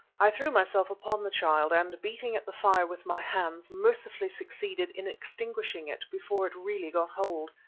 i threw myself upon the child, and, beating at the fire with my hands, mercifully succeeded in extinguishing it before it really got hold.